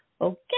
Okay